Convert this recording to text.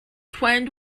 twinned